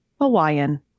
Hawaiian